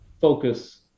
focus